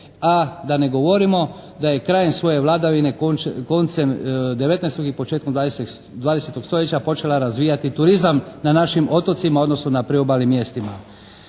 a da ne govorimo da je krajem svoje vladavine koncem 19. i početkom 20. stoljeća počela razvijati turizam na našim otocima, odnosno na priobalnim mjestima.